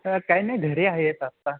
तर काय नाही घरी आहेत आत्ता